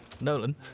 nolan